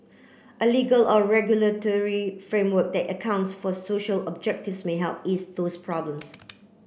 a legal or regulatory framework that accounts for social objectives may help ease those problems